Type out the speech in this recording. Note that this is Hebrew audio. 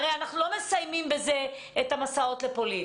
הרי אנחנו לא מסיימים בזה את המסעות לפולין.